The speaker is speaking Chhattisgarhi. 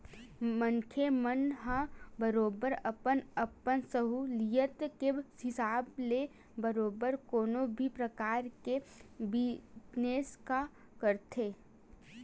मनखे मन ह बरोबर अपन अपन सहूलियत के हिसाब ले बरोबर कोनो भी परकार के बिजनेस ल करथे